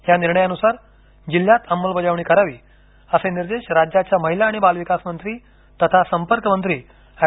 या निर्णयानुसार जिल्ह्यात अंमलबजावणी करावी असे निर्देश राज्याच्या महिला आणि बालविकास मंत्री तथा संपर्कमंत्री एड